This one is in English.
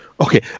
Okay